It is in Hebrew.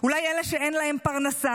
אולי אלה שאין להם פרנסה?